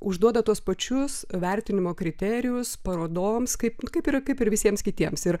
užduoda tuos pačius vertinimo kriterijus parodoms kaip kaip ir kaip ir visiems kitiems ir